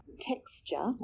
texture